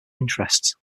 interests